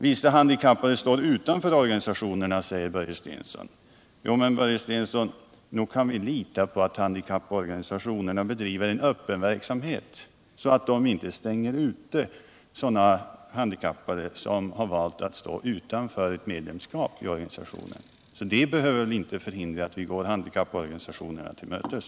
Vissa handikappade står utanför organisationerna, säger Börje Stensson. Men nog kan vi lita på att handikapporganisationerna bedriver en öppen verksamhet, så att de inte stänger ute sådana handikappade som valt att vara utan medlemskap i organisationen. Detta behöver väl inte hindra att vi går handikapporganisationernas krav till mötes.